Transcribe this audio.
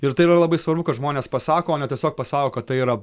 ir tai yra labai svarbu kad žmonės pasako o ne tiesiog pasako kad tai yra